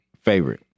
favorite